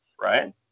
right